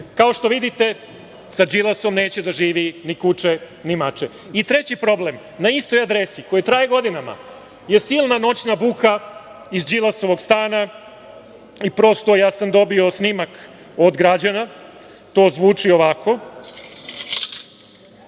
Kao što vidite, sa Đilasom neće da živi ni kuče, ni mače. Treći problem, na istoj adresi koji traje godinama je silna noćna buka iz Đilasovog stanja. Dobio sam snimak od građana, to zvuči ovako.